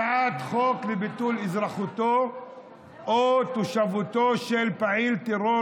הצעת חוק לביטול אזרחותו או תושבותו של פעיל טרור,